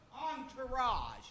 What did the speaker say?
entourage